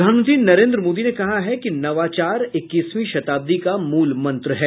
प्रधानमंत्री नरेन्द्र मोदी ने कहा है कि नवाचार इक्कीसवीं शताब्दी का मूलमंत्र है